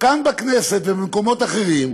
כאן בכנסת ובמקומות אחרים,